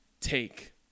take